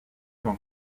van